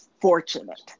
fortunate